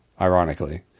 ironically